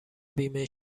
بیمه